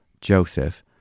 joseph